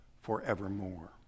forevermore